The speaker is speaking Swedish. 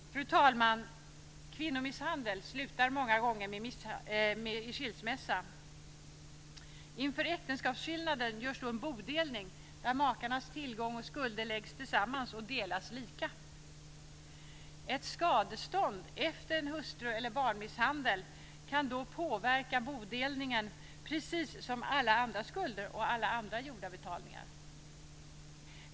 Fru talman! Kvinnomisshandel slutar många gånger i skilsmässa. Inför äktenskapsskillnaden görs då en bodelning där makarnas tillgångar och skulder läggs samman och delas lika. Ett skadestånd efter en hustru eller barnmisshandel kan då påverka bodelningen precis som alla andra skulder och alla andra gjorda betalningar.